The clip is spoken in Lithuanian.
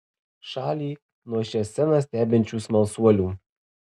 šalį nuo šią sceną stebinčių smalsuolių